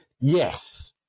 yes